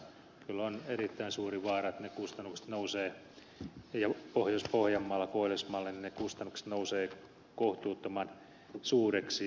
kyllä on erittäin suuri vaara että ne kustannukset nousevat kohtuuttoman suuriksi